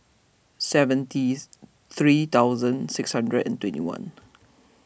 seventy three thousand six hundred and twenty one